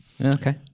Okay